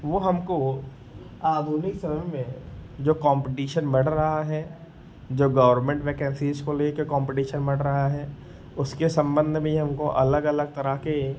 वह हमको आधुनिक समय में जो कॉम्पिटिशन बढ़ रहा है जो गवर्नमेन्ट वेकेन्सीस को लेकर कॉम्पिटिशन बढ़ रहा है उसके सम्बन्ध में ही हमको अलग अलग तरह के